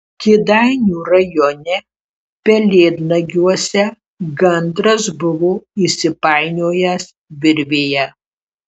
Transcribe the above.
kėdainių rajone pelėdnagiuose gandras buvo įsipainiojęs virvėje